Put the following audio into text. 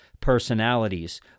personalities